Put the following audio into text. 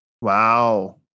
Wow